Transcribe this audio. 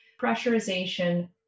pressurization